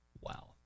Wow